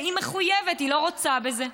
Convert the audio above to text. היא מחויבת, היא לא רוצה בזה.